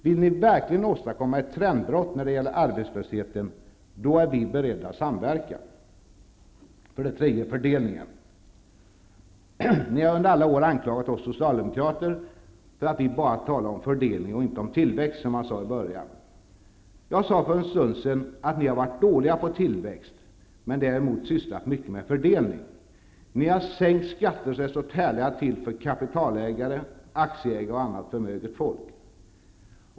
Vill ni verkligen åstadkomma ett trendbrott när det gäller arbetslösheten, är vi beredda att samverka. För det tredje har vi frågan om fördelningen. Ni har under alla år anklagat oss socialdemokrater för att vi bara talar om fördelning och inte om tillväxt. Jag sade för en stund sedan att ni har varit dåliga på tillväxt, men däremot sysslat mycket med fördelning. Ni har sänkt skatter för kapitalägare, aktieägare och annat förmöget folk så att det stått härliga till.